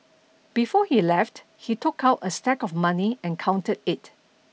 before he left he took out a stack of money and counted it